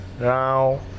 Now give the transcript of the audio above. now